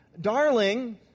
Darling